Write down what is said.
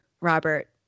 Robert